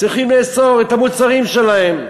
צריכים לאסור את המוצרים שלהם.